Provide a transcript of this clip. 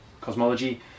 cosmology